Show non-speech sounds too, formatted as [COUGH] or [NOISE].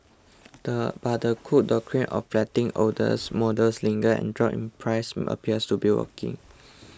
[UNINTELLIGIBLE] but the Cook Doctrine of letting olders models linger and drop in price appears to be working